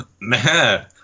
man